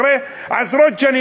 אחרי עשרות שנים,